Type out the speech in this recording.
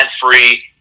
free